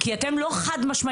כי אתם לא חד-משמעיים.